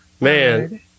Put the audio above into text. man